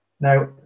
Now